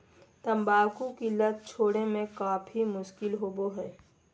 तंबाकू की लत छोड़े में काफी मुश्किल होबो हइ